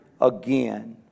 again